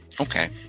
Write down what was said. Okay